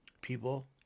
People